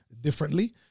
differently